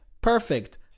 perfect